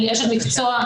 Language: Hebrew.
אני אשת מקצוע,